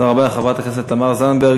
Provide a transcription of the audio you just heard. תודה רבה לחברת הכנסת זנדברג.